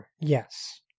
Yes